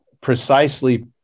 precisely